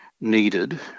needed